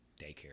daycare